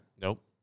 Nope